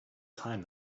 time